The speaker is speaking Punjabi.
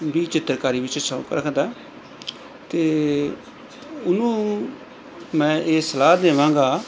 ਵੀ ਚਿੱਤਰਕਾਰੀ ਵਿੱਚ ਸ਼ੌਕ ਰੱਖਦਾ ਅਤੇ ਉਹਨੂੰ ਮੈਂ ਇਹ ਸਲਾਹ ਦੇਵਾਂਗਾ